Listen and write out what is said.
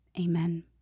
Amen